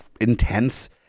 intense